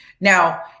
Now